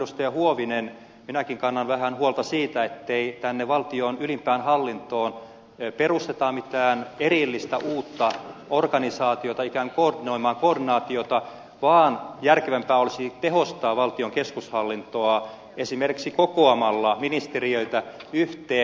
huovinen minäkin kannan vähän huolta siitä ettei tänne valtion ylimpään hallintoon perusteta mitään erillistä uutta organisaatiota ikään kuin koordinoimaan koordinaatiota vaan järkevämpää olisi tehostaa valtion keskushallintoa esimerkiksi kokoamalla ministeriöitä yhteen